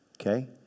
Okay